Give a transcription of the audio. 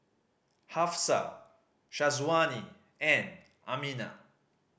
Hafsa Syazwani and Aminah